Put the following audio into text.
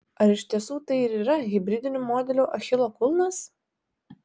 ar iš tiesų tai ir yra hibridinių modelių achilo kulnas